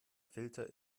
filter